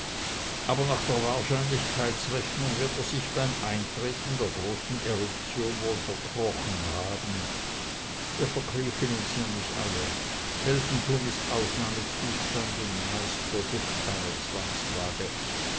aber nach der wahrscheinlichkeitsrechnung wird er sich beim eintreten der großen eruption wohl verkrochen haben wir verkriechen uns nämlich alle heldentum ist ausnahmezustand und meist produkt einer zwangslage